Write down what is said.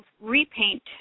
repaint